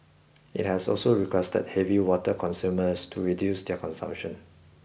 it has also requested heavy water consumers to reduce their consumption